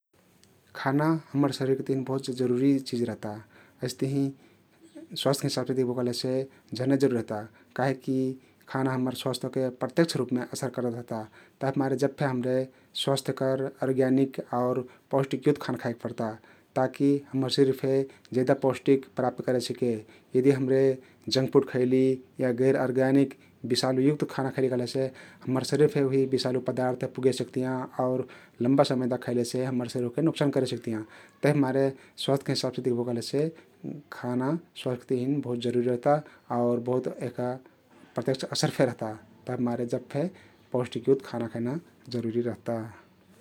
खाना हम्मर शरिरके तहिन बहुच जरुरी चिझ रहता । अइस्तहीं स्वास्थ्यके हिसाबति दिख्बो कहलेसे झने जरुरी रहता कहिकी खाना हम्मर स्वास्थ्य ओहके प्रत्यक्ष रुपमे असर करत रहता । तभिकमारे जब फे हमरे स्वास्थ्यकर, ओर्ग्यानिक आउर पौष्टिकयुक्त खाना खाइक पर्ता ता कि हम्मर शरिर फेक जेदा पौष्टिक प्राप्त करेसिके । यदि हम्रे जंक फुड खैली या गैरआर्ग्यानिक बिषालु युक्त खाना खैली कहलेसे हम्मर शरिर फे उहि बिषालु पदार्थ पुगे सक्तियाँ आउर लम्बा समय तक खैलेसे हम्मर शरिर ओहके नोक्सन करेसक्तियाँ । तभिमारे स्वास्थ्यके हिसाबसे दिख्बो कहलेसे खाना स्वास्थ्यके तहिन बहुत जरुरी रहता आउर बहुत यहका प्रत्यक्ष असर फे रहता तभिमारे जब फे पौष्टिकयुक्ता खाना खैना जरुरी रहता ।